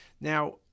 Now